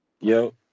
Yo